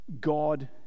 God